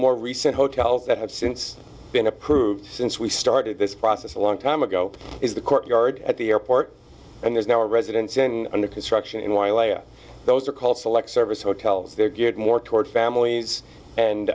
more recent hotels that have since been approved since we started this process a long time ago is the courtyard at the airport and there's now a residence in under construction and while a those are called select service hotels they're geared more toward families and